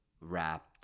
Rap